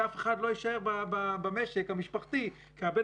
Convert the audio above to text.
כי אף אחד לא יישאר במשק המשפחתי כי הבן